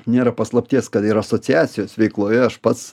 nėra paslapties kad ir asociacijos veikloje aš pats